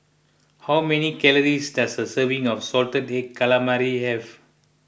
how many calories does a serving of Salted Egg Calamari have